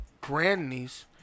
grandniece